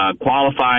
qualifying